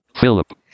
Philip